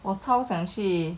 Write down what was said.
我超想去